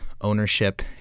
ownership